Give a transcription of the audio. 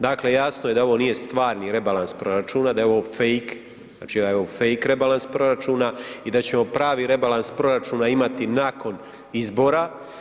Dakle, jasno je da ovo nije stvarni rebalans proračuna da je ovo fake, znači da je ovo fake rebalans proračuna i da ćemo pravi rebalans proračuna imati nakon izbora.